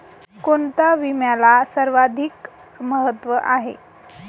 कोणता विम्याला सर्वाधिक महत्व आहे?